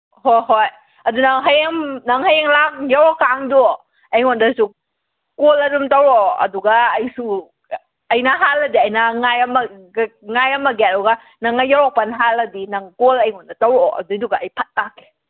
ꯍꯣꯏ ꯍꯣꯏ ꯑꯗꯨ ꯅꯪ ꯍꯌꯦꯡ ꯅꯪ ꯍꯌꯦꯡ ꯌꯧꯔꯛꯀꯥꯟꯗꯨ ꯑꯩꯉꯣꯟꯗꯁꯨ ꯀꯣꯜ ꯑꯗꯨꯝ ꯇꯧꯔꯛꯑꯣ ꯑꯗꯨꯒ ꯑꯩꯁꯨ ꯑꯩꯅ ꯍꯥꯜꯂꯗꯤ ꯑꯩꯅ ꯉꯥꯏꯔꯝꯃꯒꯦ ꯑꯗꯨꯒ ꯅꯪꯅ ꯌꯧꯔꯛꯄꯅ ꯍꯥꯜꯂꯗꯤ ꯅꯪ ꯀꯣꯜ ꯑꯩꯉꯣꯟꯗ ꯇꯧꯔꯛꯑꯣ ꯑꯗꯨꯏꯗꯨꯒ ꯑꯩ ꯐꯠ ꯂꯥꯛꯀꯦ